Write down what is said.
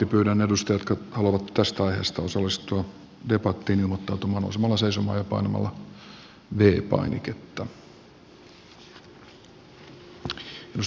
pyydän edustajia jotka haluavat tästä aiheesta osallistua debattiin ilmoittautumaan nousemalla seisomaan ja painamalla v painiketta